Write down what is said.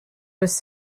was